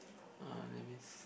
uh that means